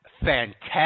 fantastic